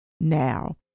now